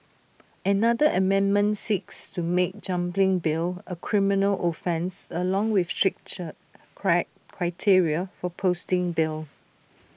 another amendment seeks to make jumping bail A criminal offence along with stricter criteria for posting bail